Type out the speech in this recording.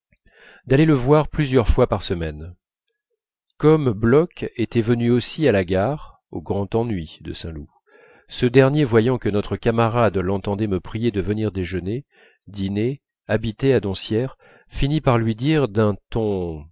d'aller le voir plusieurs fois par semaine comme bloch était venu aussi à la gare au grand ennui de saint loup ce dernier voyant que notre camarade l'entendait me prier de venir déjeuner dîner habiter à doncières finit par lui dire d'un ton